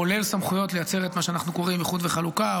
כולל סמכויות לייצר את מה שאנחנו קוראים איחוד וחלוקה,